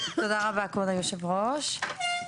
התשפ"ב.